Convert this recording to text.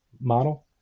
model